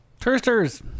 Toursters